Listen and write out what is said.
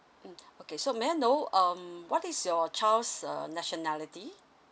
mm okay so may I know um what is your child's err nationality